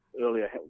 earlier